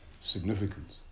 significance